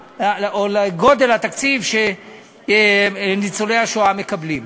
לגודל התקציב שניצולי השואה מקבלים.